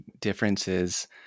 differences